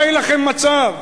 הרי לכם מצב.